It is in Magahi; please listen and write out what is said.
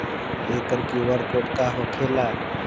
एकर कियु.आर कोड का होकेला?